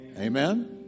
Amen